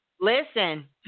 listen